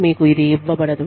మీకు ఇది ఇవ్వకూడదు